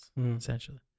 essentially